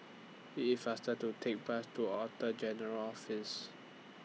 IT IS faster to Take Bus to General's Office